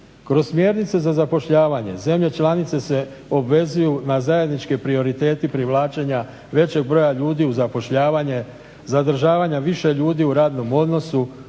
Kroz smjernice za zapošljavanje zemlje članice se obvezuju na zajedničke prioritete privlačenja većeg broja ljudi uz zapošljavanje, zadržavanje više ljudi u radnom odnosu,